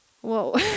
Whoa